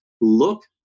look